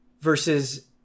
versus